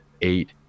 eight